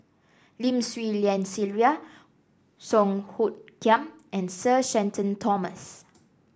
Lim Swee Lian Sylvia Song Hoot Kiam and Sir Shenton Thomas